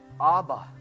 Abba